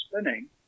spinning